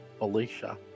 Alicia